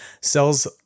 sells